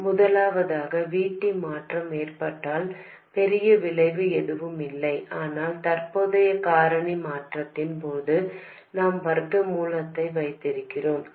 முதலாவதாக V T மாற்றம் ஏற்பட்டால் பெரிய விளைவு எதுவும் இல்லை ஆனால் தற்போதைய காரணி மாற்றத்தின் போது நாம் வர்க்க மூலத்தை வைத்திருக்கிறோம் K n ப்ரைம் 1